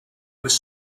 was